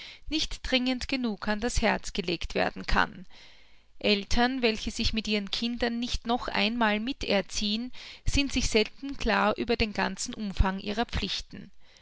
nicht dringend genug an das herz gelegt werden kann eltern welche sich mit ihren kindern nicht noch einmal miterziehen sind sich selten klar über den ganzen umfang ihrer pflichten